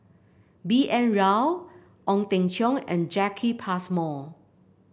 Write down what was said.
B N Rao Ong Teng Cheong and Jacki Passmore